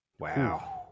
wow